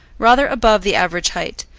rather above the average height,